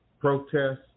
protests